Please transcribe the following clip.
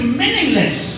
meaningless